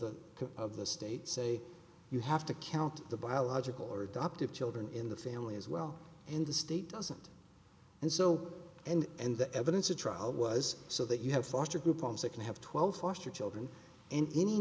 the of the state say you have to count the biological or adoptive children in the family as well and the state doesn't and so and and the evidence at trial was so that you have foster group homes that can have twelve foster children and any